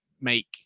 make